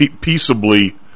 peaceably